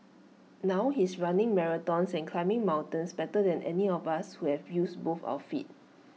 now he's running marathons and climbing mountains better than any of us who both our feet